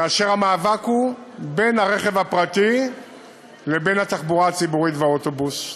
כאשר המאבק הוא בין הרכב הפרטי לבין התחבורה הציבורית והאוטובוס.